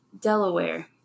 Delaware